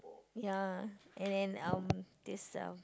ya and then um this uh